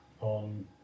on